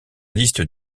liste